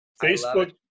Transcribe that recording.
Facebook